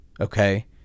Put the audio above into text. Okay